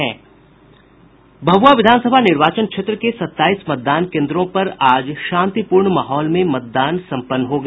भभुआ विधानसभा निर्वाचन क्षेत्र के सताईस मतदान केन्द्रों पर आज शांतिपूर्ण माहौल में मतदान संपन्न हो गया